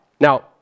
Now